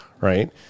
right